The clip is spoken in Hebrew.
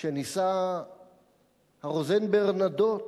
כשניסה הרוזן ברנדוט,